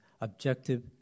objective